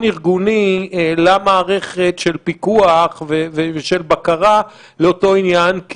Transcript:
ארגוני למערכת של פיקוח ושל בקרה לאותו עניין,